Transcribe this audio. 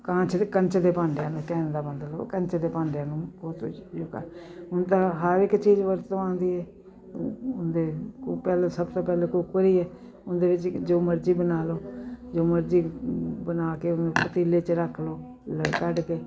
ਕਾਂਚ ਦੇ ਕੱਚ ਦੇ ਭਾਂਡੇ ਕਹਿਣ ਦਾ ਮਤਲਬ ਕੱਚ ਦੇ ਭਾਂਡਿਆਂ ਨੂੰ ਹਰ ਇੱਕ ਚੀਜ਼ ਵਰਤੋਂ ਆਉਂਦੀ ਏ ਉਹਦੇ ਪਹਿਲਾਂ ਸਭ ਤੋਂ ਪਹਿਲਾਂ ਕੁੱਕਰ ਹੀ ਏ ਉਹਦੇ ਵਿੱਚ ਜੋ ਮਰਜ਼ੀ ਬਣਾ ਲਓ ਜੋ ਮਰਜ਼ੀ ਬਣਾ ਕੇ ਉਹਨੂੰ ਪਤੀਲੇ 'ਚ ਰੱਖ ਲਓ ਕੱਢ ਕੇ